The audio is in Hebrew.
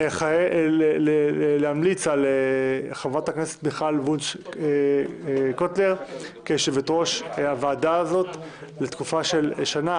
על חברת הכנסת מיכל וונש קוטלר כיושבת-ראש הוועדה הזאת לתקופה של שנה,